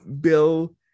Bill